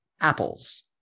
apples